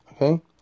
Okay